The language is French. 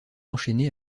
enchaîné